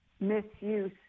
misuse